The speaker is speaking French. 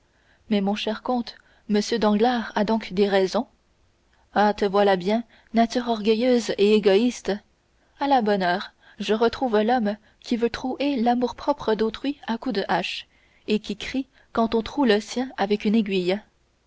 mais mon cher comte m danglars a donc des raisons ah te voilà bien nature orgueilleuse et égoïste à la bonne heure je retrouve l'homme qui veut trouer l'amour-propre d'autrui à coups de hache et qui crie quand on troue le sien avec une aiguille